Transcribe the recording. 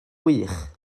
wych